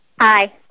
Hi